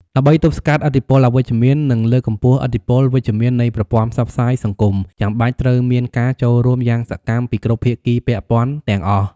ដើម្បីទប់ស្កាត់ឥទ្ធិពលអវិជ្ជមាន និងលើកកម្ពស់ឥទ្ធិពលវិជ្ជមាននៃប្រព័ន្ធផ្សព្វផ្សាយសង្គម ចាំបាច់ត្រូវមានការចូលរួមយ៉ាងសកម្មពីគ្រប់ភាគីពាក់ព័ន្ធទាំងអស់។